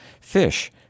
Fish